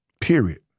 period